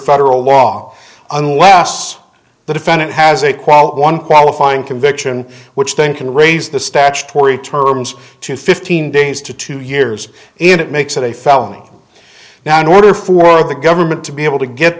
federal law unless the defendant has a quote one qualifying conviction which then can raise the statutory terms to fifteen days to two years and it makes it a felony now in order for the government to be able to get